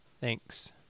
Thanks